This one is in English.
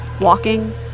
walking